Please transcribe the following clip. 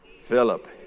Philip